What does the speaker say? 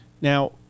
Now